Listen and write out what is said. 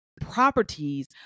Properties